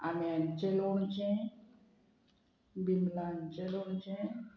आम्यांचें लोणचें बिमलांचें लोणचें